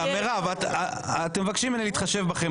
מירב, אתם מבקשים ממני להתחשב בכם